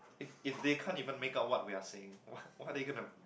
if if they can't even make up what we are saying what what they gonna